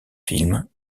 films